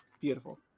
beautiful